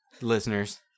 listeners